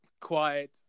quiet